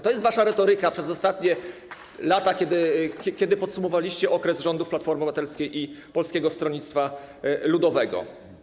To jest wasza retoryka przez ostatnie lata, kiedy podsumowywaliście okres rządów Platformy Obywatelskiej i Polskiego Stronnictwa Ludowego.